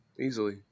easily